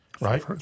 right